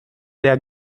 der